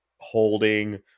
holding